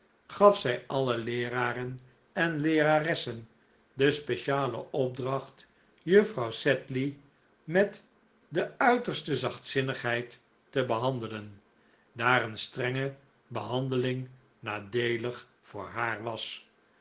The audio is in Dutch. gaf zij alle leeraren en leeraressen de speciale opdracht juffrouw sedley met de uiterste zachtzinnigheid te behandelen daar een strenge behandeling nadeelig voor haar was